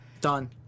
Done